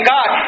God